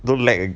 don't lag ag~